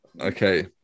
Okay